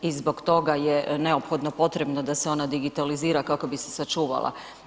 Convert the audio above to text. I zbog toga je neophodno potrebno da se ona digitalizira kako bi se sačuvala.